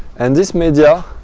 and this media